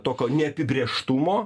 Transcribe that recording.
tokio neapibrėžtumo